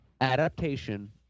adaptation